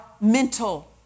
mental